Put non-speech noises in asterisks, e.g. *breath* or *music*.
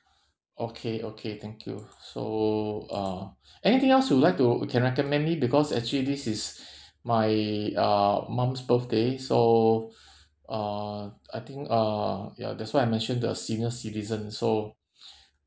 *breath* okay okay thank you so uh *breath* anything else you like to can recommend me because actually this is *breath* my uh mum's birthday so *breath* uh I think uh ya that's why I mentioned the senior citizen so *breath*